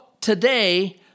today